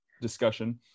discussion